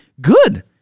good